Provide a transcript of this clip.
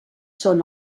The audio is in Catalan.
són